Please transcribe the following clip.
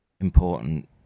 important